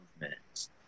movements